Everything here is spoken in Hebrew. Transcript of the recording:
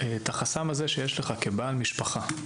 את החסם הזה שיש לך כבעל משפחה,